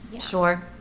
Sure